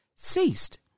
ceased